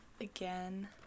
again